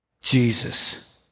Jesus